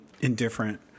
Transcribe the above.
indifferent